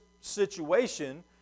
situation